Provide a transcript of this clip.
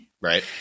Right